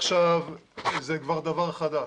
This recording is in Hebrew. עכשיו זה כבר דבר חדש,